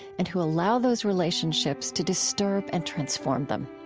and who allow those relationships to disturb and transform them.